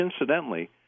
incidentally